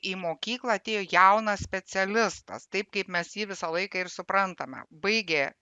į mokyklą atėjo jaunas specialistas taip kaip mes jį visą laiką ir suprantame baigė